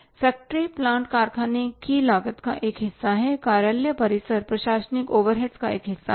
factory plant कारखाने की लागत का एक हिस्सा है कार्यालय परिसर प्रशासनिक ओवरहेड्स का एक हिस्सा है